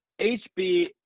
HB